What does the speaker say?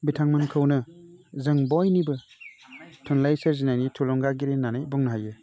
बिथांमोनखौनो जों बयनिबो थुनलाइ सोरजिनायनि थुलुंगागिरि होन्नानै बुंनो हायो